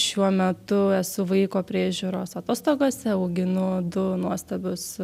šiuo metu esu vaiko priežiūros atostogose auginu du nuostabius